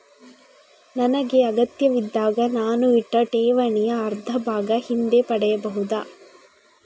ನನಗೆ ಅಗತ್ಯವಿದ್ದಾಗ ನಾನು ಇಟ್ಟ ಠೇವಣಿಯ ಅರ್ಧಭಾಗ ಹಿಂದೆ ಪಡೆಯಬಹುದಾ?